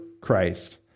Christ